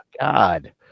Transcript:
God